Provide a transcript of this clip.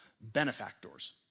benefactors